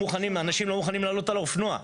אנשים לא מוכנים לעלות על האופנוע.